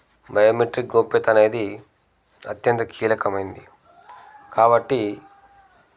biometric గోప్యత అనేది అత్యంత కీలకమైనది కాబట్టి